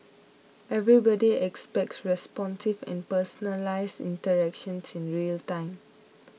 everybody expects responsive and personalised interactions in real time